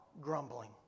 grumbling